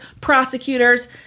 prosecutors